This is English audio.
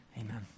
amen